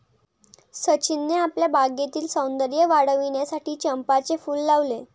सचिनने आपल्या बागेतील सौंदर्य वाढविण्यासाठी चंपाचे फूल लावले